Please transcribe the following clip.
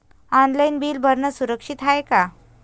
Online bill भरनं सुरक्षित हाय का?